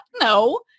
No